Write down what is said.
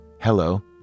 Hello